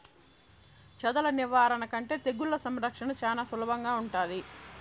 చెదల నివారణ కంటే తెగుళ్ల సంరక్షణ చానా సులభంగా ఉంటాది